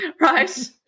right